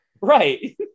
Right